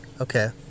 Okay